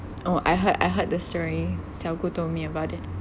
oh I heard I heard the story xiao gu told me about it